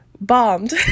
bombed